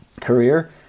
career